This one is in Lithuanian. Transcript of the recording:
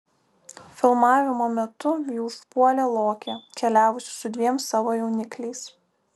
filmavimo metu jį užpuolė lokė keliavusi su dviem savo jaunikliais